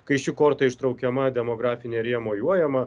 kai ši korta ištraukiama demografinė ir ja mojuojama